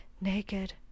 naked